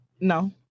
No